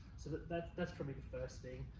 so but that's that's probably the first thing